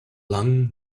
long